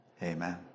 Amen